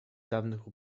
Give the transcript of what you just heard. dawnych